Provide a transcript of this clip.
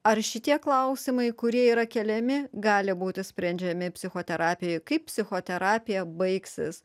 ar šitie klausimai kurie yra keliami gali būti sprendžiami psichoterapijoj kaip psichoterapija baigsis